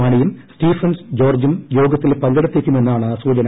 മാണിയും സ്റ്റീഫൻ ജോർജ്ജും യോഗത്തിൽ പങ്കെടുത്തേക്കുമെന്നാണ് സൂചന